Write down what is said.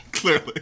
Clearly